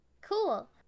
Cool